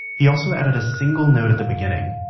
he also added a single note at the beginning.